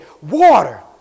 Water